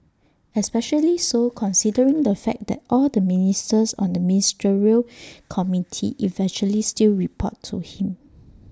especially so considering the fact that all the ministers on the ministerial committee eventually still report to him